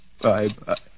Bye-bye